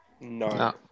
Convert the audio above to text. No